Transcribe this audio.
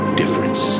difference